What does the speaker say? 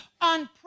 on